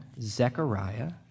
Zechariah